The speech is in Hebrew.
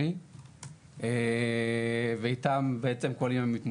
לאירוע כזה ואיך בעצם לתת את המענה הראשוני ואיתם בעצם כוללים.